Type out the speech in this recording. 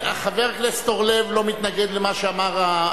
חבר הכנסת אורלב לא מתנגד למה שאמר,